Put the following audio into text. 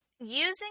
Using